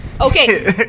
Okay